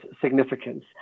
significance